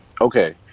okay